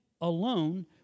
alone